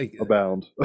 abound